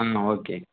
ஆமாம் ஓகே